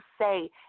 say